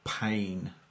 pain